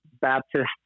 Baptist